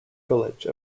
village